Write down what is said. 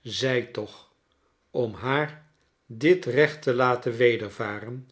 zij toch om haar dit recht te laten wedervaren